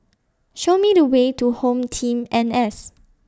Show Me The Way to Home Team N S